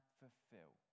fulfill